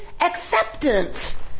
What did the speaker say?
acceptance